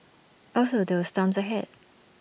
there were storms ahead